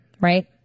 right